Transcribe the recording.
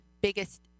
biggest